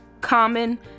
common